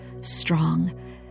strong